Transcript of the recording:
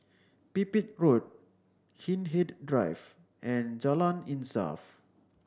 Pipit Road Hindhede Drive and Jalan Insaf